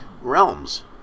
realms